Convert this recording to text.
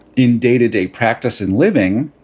in day to day practice in living,